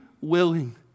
willing